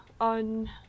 on